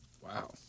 Wow